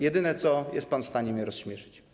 Jedyne, co jest pan w stanie, to mnie rozśmieszyć.